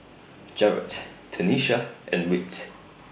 Jaret Tanisha and Whit